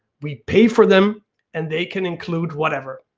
we pay for them and they can include whatever.